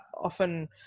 often